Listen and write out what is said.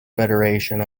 federation